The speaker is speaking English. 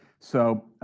so